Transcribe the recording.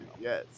Yes